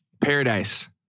Paradise